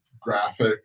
graphic